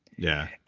yeah.